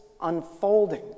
unfolding